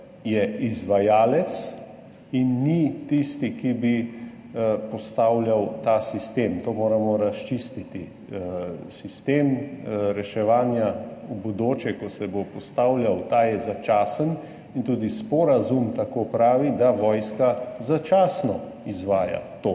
je izvajalka in ni tista, ki bi postavljala ta sistem. To moramo razčistiti. Sistem reševanja v bodoče, ko se bo postavljal, ta je začasen, in tudi sporazum tako pravi, da vojska začasno izvaja to,